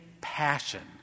passion